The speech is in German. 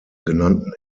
genannten